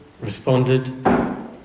responded